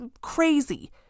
crazy